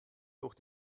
durch